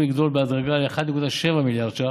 וזה צפוי לגדול בהדרגה לכ-1.7 מיליארד ש"ח.